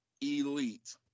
elite